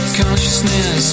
consciousness